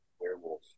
werewolf